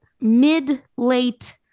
mid-late